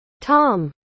Tom